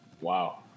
Wow